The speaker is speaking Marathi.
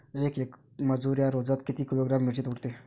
येक मजूर या रोजात किती किलोग्रॅम मिरची तोडते?